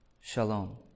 shalom